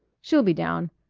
she'll be down.